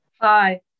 Hi